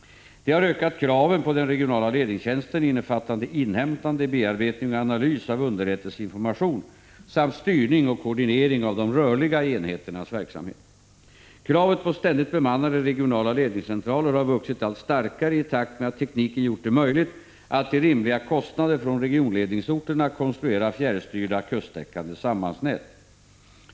Detta har ökat kraven på den regionala ledningstjänsten, innefattande inhämtande, bearbetning och analys av underrättelseinformation samt styrning och koordinering av de rörliga enheternas verksamhet. Kravet på ständigt bemannade regionala ledningscentraler har vuxit allt starkare i takt med att tekniken gjort det möjligt att till rimliga kostnader från regionledningsorterna konstruera fjärrstyrda kusttäckande sambandsnät.